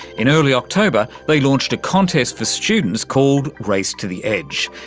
in early october they launched a contest for students called race to the edge.